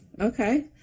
Okay